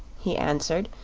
he answered,